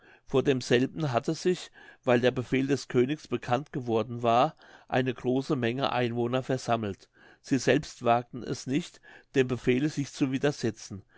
vor demselben hatte sich weil der befehl des königs bekannt geworden war eine große menge einwohner versammelt sie selbst wagten es nicht dem befehle sich zu widersetzen